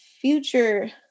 future